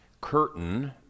curtain